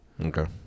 Okay